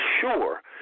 sure